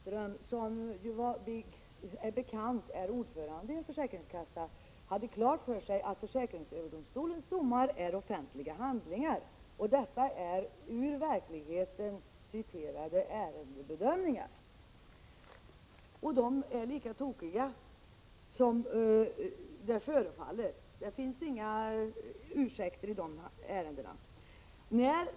Herr talman! Jag trodde att Ralf Lindström, vilken som bekant är ordförande i en försäkringskassa, hade klart för sig att försäkringsöverdomstolens domar är offentliga handlingar. Mina exempel var hämtade ur verkligheten — det var ärendebedömningar citerade ur domarna. De är lika tokiga som det förefaller. Det finns inga ursäkter i de ärendena.